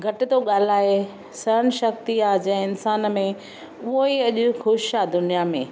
घटि तो ॻाल्हाए सहन शक्ती आहे जिंहिं इंसानु में उहो ई अॼु खु़शि आहे दुनिया में